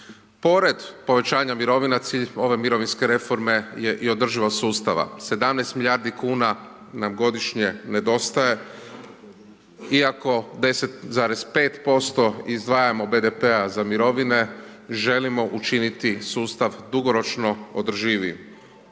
Pored povećanja mirovina, cilj ove mirovinske reforme je i održivost sustava, 17 milijardi kuna nam godišnje nedostaje iako 10,5% izdvajamo BDP-a za mirovine, želimo učiniti sustav dugoročno održivijim.